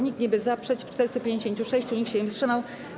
Nikt nie był za, przeciw - 456, nikt się nie wstrzymał.